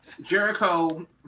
Jericho